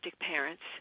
parents